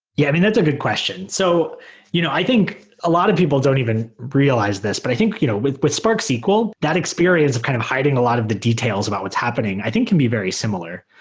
yeah. i mean, that's a good question. so you know i think a lot of people don't even realize this, but i think you know with with spark sql, that experience of kind of hiding a lot of the details about what's happening i think can be very similar.